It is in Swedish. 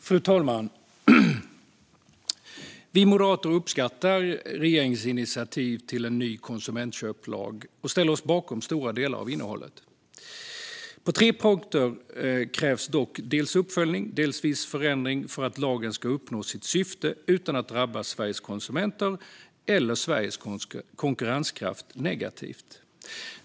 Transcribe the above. Fru talman! Vi moderater uppskattar regeringens initiativ till en ny konsumentköplag och ställer oss bakom stora delar av innehållet. På tre punkter krävs dock dels uppföljning, dels viss förändring för att lagen ska uppnå sitt syfte utan att drabba Sveriges konsumenter eller Sveriges konkurrenskraft negativt.